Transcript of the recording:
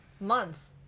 months